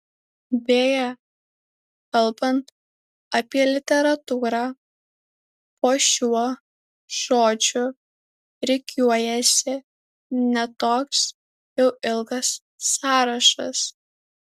beje kalbant apie literatūrą po šiuo žodžiu rikiuojasi ne toks jau ilgas sąrašas